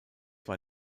war